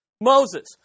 Moses